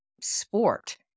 sport